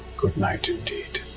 good night, indeed.